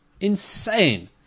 insane